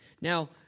Now